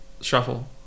shuffle